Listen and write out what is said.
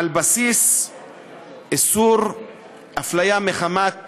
על בסיס איסור הפליה מחמת